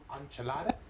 enchiladas